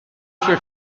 sue